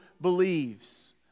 believes